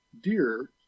deer